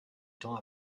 temps